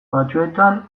batzuetan